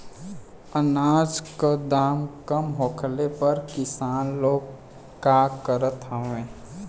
अनाज क दाम कम होखले पर किसान लोग का करत हवे?